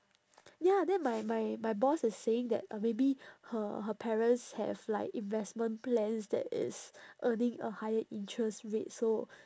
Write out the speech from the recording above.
ya then my my my boss is saying that uh maybe her her parents have like investment plans that is earning a higher interest rate so